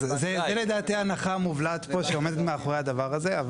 זו לדעתי ההנחה המובלעת פה שעומדת מאחורי הדבר הזה,